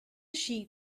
sheet